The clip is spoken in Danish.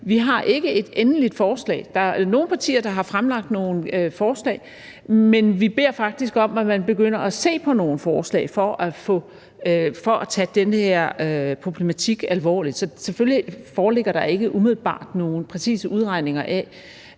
Vi har ikke et endeligt forslag. Der er nogle partier, der har fremlagt nogle forslag, men vi beder faktisk om, at man begynder at se på nogle forslag for at tage den her problematik alvorligt. Så selvfølgelig foreligger der ikke umiddelbart nogen præcise udregninger af,